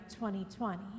2020